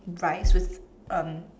rice with um